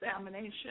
examination